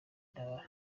ntara